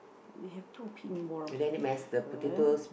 we have two pin ball here !huh!